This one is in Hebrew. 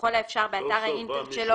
ככל האפשר באתר האינטרט שלו,